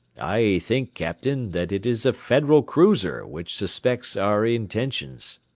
i think, captain, that it is a federal cruiser, which suspects our intentions.